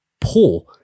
poor